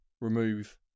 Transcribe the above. remove